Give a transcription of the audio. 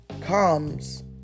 comes